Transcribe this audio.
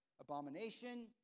abomination